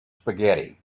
spaghetti